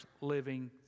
living